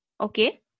Okay